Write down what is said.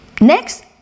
Next